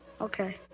Okay